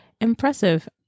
impressive